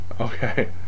Okay